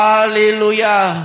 Hallelujah